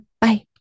Bye